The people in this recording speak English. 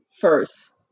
first